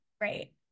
right